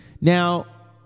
Now